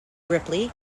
ripley